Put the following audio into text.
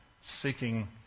seeking